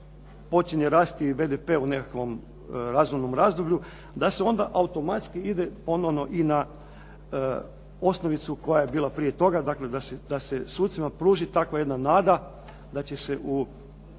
počinje rasti BDP u nekakvom razumnom razdoblju da se onda automatski ide ponovno i na osnovicu koja je bila prije toga. Dakle, da se sucima pruži takva jedna nada da će se u